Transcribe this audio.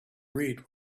read